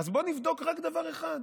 אז בואו נבדוק רק דבר אחד: